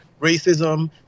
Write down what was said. racism